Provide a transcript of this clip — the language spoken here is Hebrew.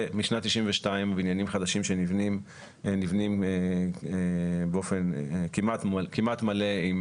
ומשנת 1992 בניינים חדשים שנבנים נבנים באופן כמעט מלא עם